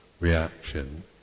Reaction